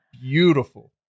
beautiful